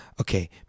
Okay